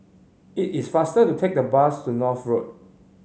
it is faster to take the bus to North Road